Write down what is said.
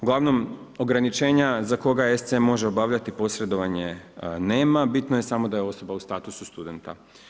Uglavnom ograničenja za koga SC može obavljati posredovanje nema, bitno je samo da je osoba u statusu studenta.